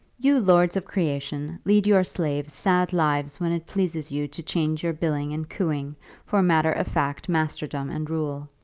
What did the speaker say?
you lords of creation lead your slaves sad lives when it pleases you to change your billing and cooing for matter-of-fact masterdom and rule.